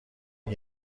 این